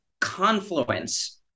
confluence